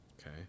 Okay